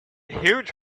huge